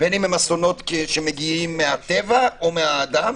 בין אם הם מגיעים מהטבע או מהאדם